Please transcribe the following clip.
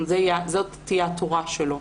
זו תהיה התורה שלו.